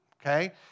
okay